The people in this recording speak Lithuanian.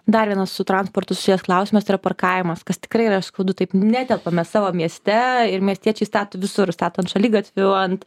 dar vienas su transportu susijęs klausimas yra parkavimas kas tikrai yra skaudu taip netelpame savo mieste ir miestiečiai stato visur stato ant šaligatvių ant